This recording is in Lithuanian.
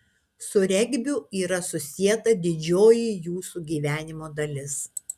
su regbiu yra susieta didžioji jūsų gyvenimo dalis